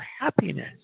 happiness